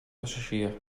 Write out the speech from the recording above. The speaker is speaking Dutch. passagier